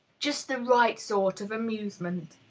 just the right sort of amusement.